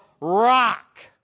rock